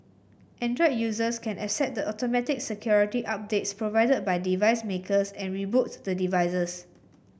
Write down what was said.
android users can accept the automatic security updates provided by device makers and reboot the devices